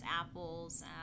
apples